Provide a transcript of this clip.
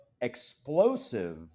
explosive